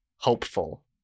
hopeful